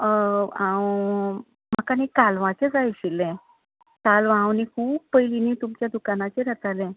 हांव म्हाका न्हय कालवांचें जाय आशिल्लें कालवां हांव न्हय खूब पयलीं न्हय तुमच्या दुकानाचेर येतालें